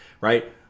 Right